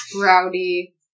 Rowdy